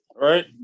right